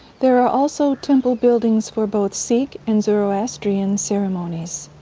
there are also temple buildings for both sikh and zoroastrian ceremonies.